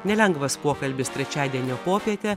nelengvas pokalbis trečiadienio popietę